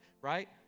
right